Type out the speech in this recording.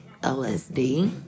LSD